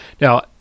Now